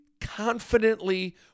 confidently